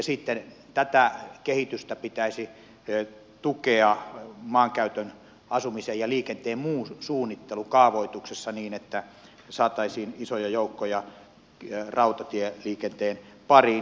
sitten tätä kehitystä pitäisi tukea maankäytön asumisen ja liikenteen muun suunnittelun kaavoituksessa niin että saataisiin isoja joukkoja rautatieliikenteen pariin